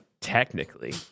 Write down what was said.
Technically